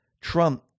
Trump